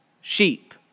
sheep